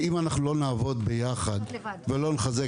כי אם אנחנו לא נעבוד ביחד ולא נחזק